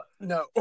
No